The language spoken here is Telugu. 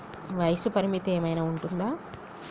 వయస్సు పరిమితి ఏమైనా ఉంటుందా?